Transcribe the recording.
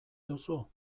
duzu